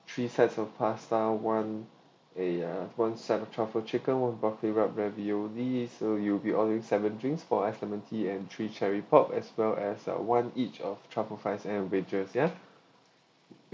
three sets of pasta one a uh one set of truffle chicken one broccoli rub ravioli so you'll be ordering seven drinks for ice lemon tea and three cherry pop as well as uh one each of truffle fries and wedges yeah